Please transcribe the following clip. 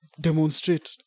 demonstrate